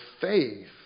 faith